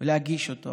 כדי להגיש אותו.